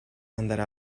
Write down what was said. andare